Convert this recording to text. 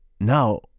now